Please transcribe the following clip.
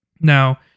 Now